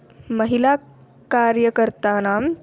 महिला कार्यकर्तानां